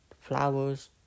Flowers